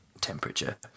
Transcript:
temperature